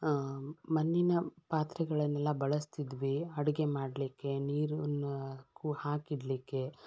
ಮಣ್ಣಿನ ಪಾತ್ರೆಗಳನ್ನೆಲ್ಲ ಬಳಸ್ತಿದ್ವಿ ಅಡುಗೆ ಮಾಡಲಿಕ್ಕೆ ನೀರನ್ನ ಕು ಹಾಕಿಡಲಿಕ್ಕೆ